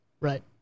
Right